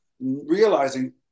realizing